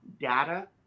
data